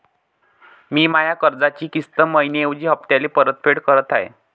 मी माया कर्जाची किस्त मइन्याऐवजी हप्त्याले परतफेड करत आहे